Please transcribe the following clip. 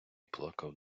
плакав